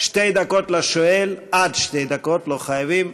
שתי דקות לשואל, עד שתי דקות, לא חייבים.